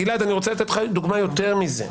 גלעד, אני רוצה לתת לך דוגמה יותר מזה.